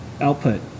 output